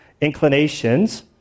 inclinations